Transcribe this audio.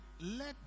let